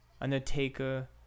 Undertaker